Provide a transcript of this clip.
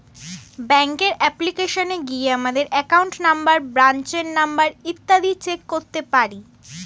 ব্যাঙ্কের অ্যাপ্লিকেশনে গিয়ে আমাদের অ্যাকাউন্ট নম্বর, ব্রাঞ্চের নাম ইত্যাদি চেক করতে পারি